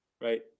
Right